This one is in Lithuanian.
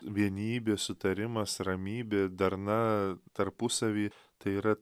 vienybė sutarimas ramybė darna tarpusavy tai yra